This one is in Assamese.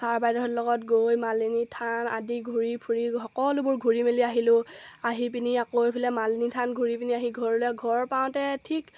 ছাৰ বাইদেউহঁতৰ লগত গৈ মালিনী থান আদি ঘূৰি ফুৰি সকলোবোৰ ঘূৰি মেলি আহিলোঁ আহি পিনি আকৌ এইফালে মালিনী থান ঘূৰি পিনি আহি ঘৰলৈ ঘৰ পাওঁতে ঠিক